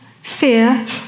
fear